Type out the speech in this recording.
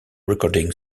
recording